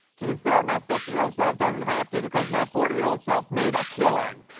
to be fair, my fifty year old self doesn't have to because my forty year old self made a killing.